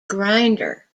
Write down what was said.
grinder